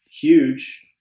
huge